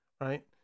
right